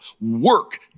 work